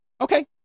Okay